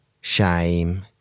shame